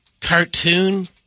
cartoon